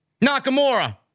Nakamura